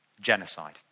genocide